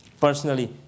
personally